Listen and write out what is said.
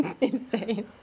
insane